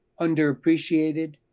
underappreciated